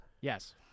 Yes